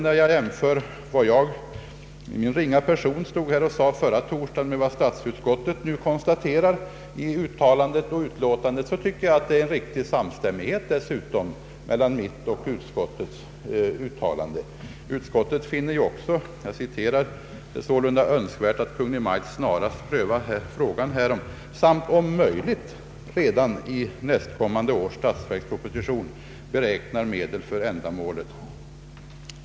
När jag jämför vad min ringa person sade förra torsdagen med vad statsutskottet konstaterar i sitt utlåtande, finner jag dessutom en riktig samstämmighet mellan mitt och utskottets uttalande. Utskottet finner ju också ”det sålunda önskvärt att Kungl. Maj:t snarast prövar frågan härom samt om möjligt redan i nästkommande års statsverksproposition beräknar medel för ändamålet”.